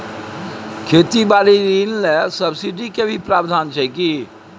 खेती बारी ऋण ले सब्सिडी के भी प्रावधान छै कि?